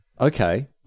Okay